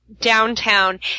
downtown